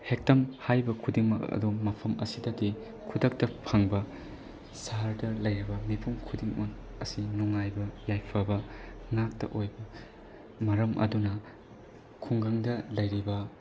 ꯍꯦꯛꯇꯪ ꯍꯥꯏꯕ ꯈꯨꯗꯤꯡꯃꯛ ꯑꯗꯣ ꯃꯐꯝ ꯑꯁꯤꯗꯗꯤ ꯈꯨꯗꯛꯇ ꯐꯪꯕ ꯁꯍꯔꯗ ꯂꯩꯔꯤꯕ ꯃꯤꯄꯨꯝ ꯈꯨꯗꯤꯡꯃꯛ ꯑꯁꯤ ꯅꯨꯡꯉꯥꯏꯕ ꯌꯥꯏꯐꯕ ꯉꯥꯛꯇ ꯑꯣꯏꯕ ꯃꯔꯝ ꯑꯗꯨꯅ ꯈꯨꯡꯒꯪꯗ ꯂꯩꯔꯤꯕ